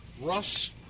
Russ